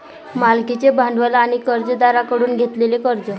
मालकीचे भांडवल आणि कर्जदारांकडून घेतलेले कर्ज